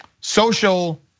Social